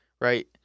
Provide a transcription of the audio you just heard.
Right